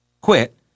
quit